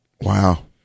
Wow